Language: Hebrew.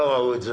לא ראו את זה.